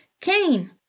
Cain